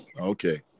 okay